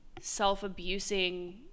self-abusing